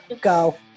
Go